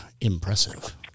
impressive